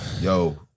Yo